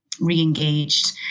re-engaged